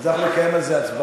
אנחנו נקיים על זה הצבעה.